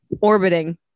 Orbiting